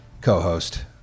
co-host